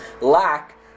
lack